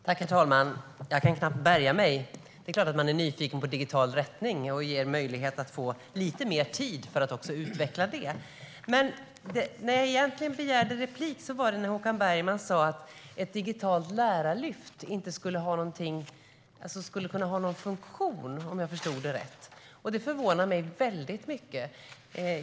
Herr talman! Jag kan knappt bärga mig. Det är klart att jag är nyfiken på digital rättning och ger möjlighet till lite mer tid att utveckla det. Men jag begärde egentligen replik när Håkan Bergman sa att ett digitalt lärarlyft inte skulle kunna ha någon funktion, om jag förstod det rätt. Det förvånar mig väldigt mycket.